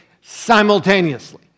simultaneously